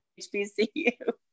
HBCU